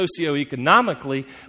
socioeconomically